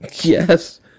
Yes